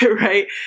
right